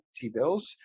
T-bills